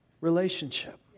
relationship